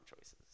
choices